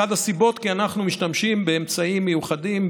אחת הסיבות: אנחנו משתמשים באמצעים מיוחדים,